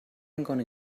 gonna